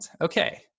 okay